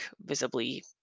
visibly